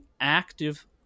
active